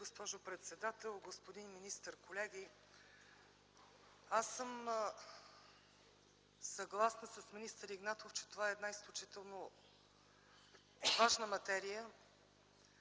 госпожо председател. Господин министър, колеги! Аз съм съгласна с министър Игнатов, че това е изключително важна материя